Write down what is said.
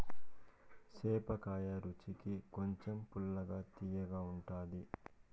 సేపకాయ రుచికి కొంచెం పుల్లగా, తియ్యగా ఉంటాది